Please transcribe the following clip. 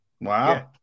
Wow